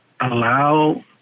allow